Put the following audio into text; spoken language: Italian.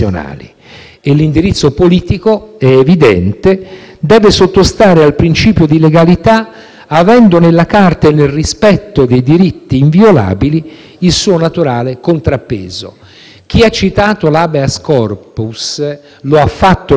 avendo nella Carta e nel rispetto dei diritti inviolabili il suo naturale contrappeso. Chi ha citato l'*habeas corpus* lo ha fatto legittimamente, richiamando la madre di una storia del diritto